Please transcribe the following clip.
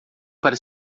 para